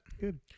Good